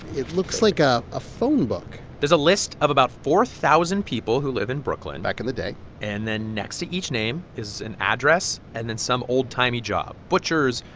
it looks like ah a phonebook there's a list of about four thousand people who live in brooklyn back in the day and then next to each name is an address and then some old-timey job butchers,